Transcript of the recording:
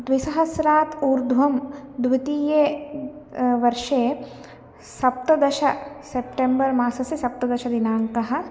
द्विसहस्रात् ऊर्ध्वं द्वितीये वर्षे सप्तदश सेप्टेम्बर् मासस्य सप्तदशदिनाङ्कः